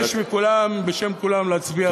אני אבקש מכולם בשם כולם להצביע בעד.